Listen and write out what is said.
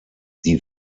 die